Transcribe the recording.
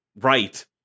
right